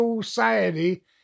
Society